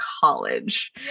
college